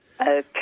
Okay